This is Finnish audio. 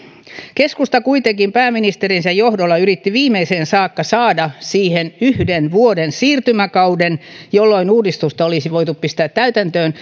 keskusta kuitenkin pääministerinsä johdolla yritti viimeiseen saakka saada siihen yhden vuoden siirtymäkauden jolloin uudistusta olisi voitu pistää täytäntöön